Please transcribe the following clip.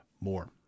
more